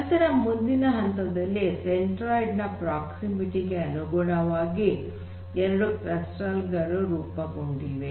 ನಂತರ ಮುಂದಿನ ಹಂತದಲ್ಲಿ ಸೆಂಟ್ರೋಯ್ಡ್ ನ ಪ್ರಾಕ್ಸಿಮಿಟಿ ಗೆ ಅನುಗುಣವಾಗಿ ಎರಡು ಕ್ಲಸ್ಟರ್ ಗಳು ರೂಪುಗೊಂಡಿವೆ